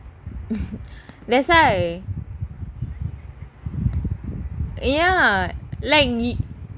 that's why ya like